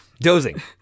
Dozing